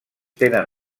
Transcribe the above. tenen